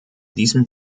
diesem